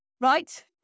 Right